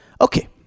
Okay